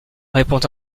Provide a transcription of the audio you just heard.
répond